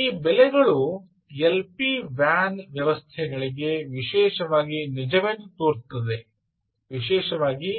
ಈ ಬೆಲೆಗಳು LP ವಾನ್ ವ್ಯವಸ್ಥೆಗಳಿಗೆ ವಿಶೇಷವಾಗಿ ನಿಜವೆಂದು ತೋರುತ್ತದೆ ವಿಶೇಷವಾಗಿ